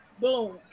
boom